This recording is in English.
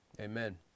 Amen